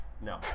No